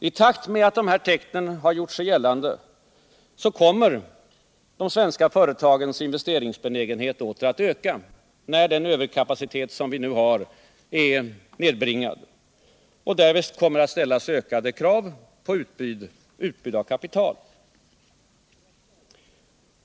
I takt med att de här tecknen har gjort sig gällande kommer de svenska företagens investeringsbenägenhet åter att öka, när den överkapacitet som vi nu har är nedbringad och därest det kommer att ställas ökade krav på utbud av kapital.